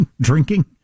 drinking